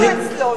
היינו אצלו.